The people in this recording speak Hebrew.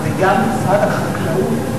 גם משרד החקלאות,